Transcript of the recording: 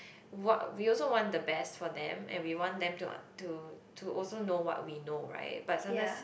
what we also want the best for them and we want them to to to also know what we know right but sometimes